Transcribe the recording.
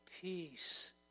peace